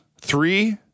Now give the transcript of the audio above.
Three